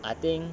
I think